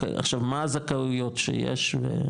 עכשיו, מה הזכאויות שיש?